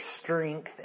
strength